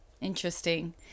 Interesting